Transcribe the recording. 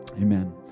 amen